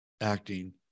acting